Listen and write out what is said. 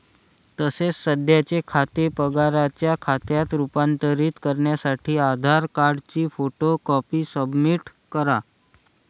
तसेच सध्याचे खाते पगाराच्या खात्यात रूपांतरित करण्यासाठी आधार कार्डची फोटो कॉपी सबमिट करा